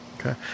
Okay